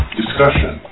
discussion